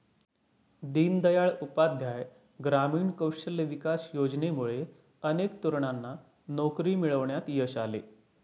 दीनदयाळ उपाध्याय ग्रामीण कौशल्य विकास योजनेमुळे अनेक तरुणांना नोकरी मिळवण्यात यश आले